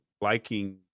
liking